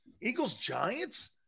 Eagles-Giants